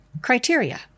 Criteria